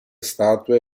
statue